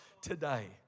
today